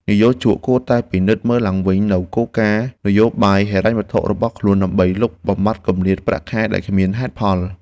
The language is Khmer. និយោជកគួរតែពិនិត្យមើលឡើងវិញនូវគោលនយោបាយហិរញ្ញវត្ថុរបស់ខ្លួន ដើម្បីលុបបំបាត់គម្លាតប្រាក់ខែដែលគ្មានហេតុផល។